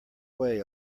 way